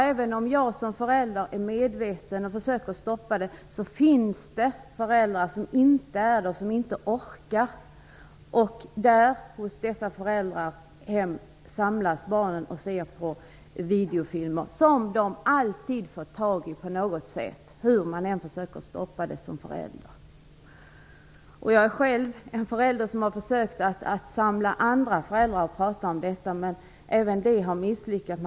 Även om jag som förälder är medveten och försöker att stoppa det finns det föräldrar som inte är det och som inte orkar. I dessa föräldrars hem samlas barnen och ser på videofilmer, som de alltid får tag i på något sätt, hur man än som förälder försöker stoppa det. Jag är själv en förälder som har försökt att samla andra föräldrar och prata om detta, men även det har misslyckats.